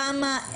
כמה,